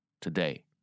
today